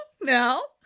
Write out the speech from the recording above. no